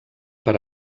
per